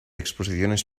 exposiciones